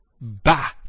bah